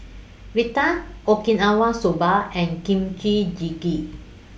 Raita Okinawa Soba and Kimchi Jjigae